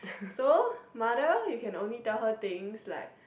so mother you can only tell her things like